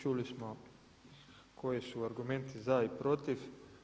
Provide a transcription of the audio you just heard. Čuli smo koji su argumenti za i protiv.